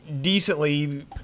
decently